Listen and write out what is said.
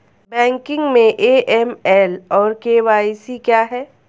Banking में AML और KYC क्या हैं?